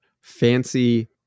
fancy